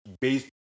Based